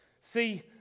See